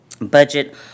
budget